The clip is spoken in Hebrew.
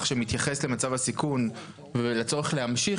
שמתייחס למצב הסיכון ולצורך להמשיך,